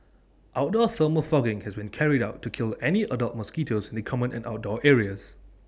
outdoor thermal fogging has been carried out to kill any adult mosquitoes the common and outdoor areas